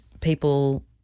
people